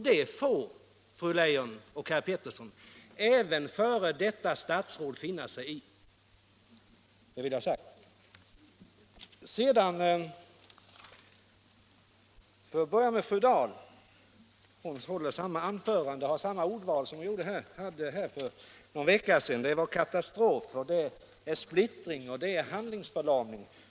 Det får, fru Leijon och herr Peterson, även f. d. statsråd finna sig i — det vill jag ha sagt. För att sedan börja med fru Dahl så håller hon samma anförande och har samma ordval som för någon vecka sedan. Det är katastrof, det är splittring, och det är handlingsförlamning.